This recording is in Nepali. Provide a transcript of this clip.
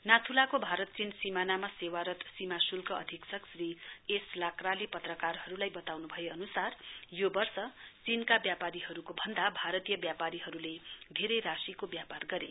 नाथुलाको भारत चीन सीमानामा सेवारत सीमा शुल्क अधीक्षक श्री एस लाक्राले पत्रकरहरुलाई बताउनु भए अनुसार यो वर्ष चीनका व्यापारीहरुले भन्दा भारतीय व्यापारीहरुले धेरै राशिको व्यापार गरे